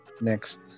next